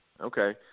okay